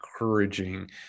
encouraging